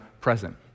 present